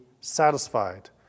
satisfied